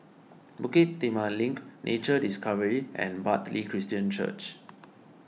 Bukit Timah Link Nature Discovery and Bartley Christian Church